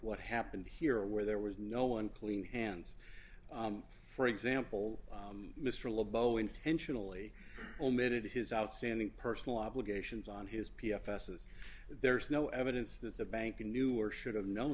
what happened here where there was no one clean hands for example mr lobo intentionally omitted his outstanding personal obligations on his p f s as there's no evidence that the bank knew or should have known